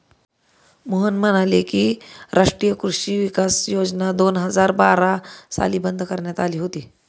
मोहन म्हणाले की, राष्ट्रीय कृषी विकास योजना दोन हजार बारा साली बंद करण्यात आली होती